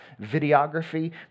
videography